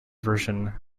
version